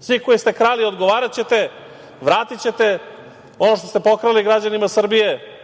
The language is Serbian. Svi koji ste krali odgovaraćete, vratićete ono što ste pokrali građanima Srbije,